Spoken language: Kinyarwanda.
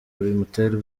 bimutera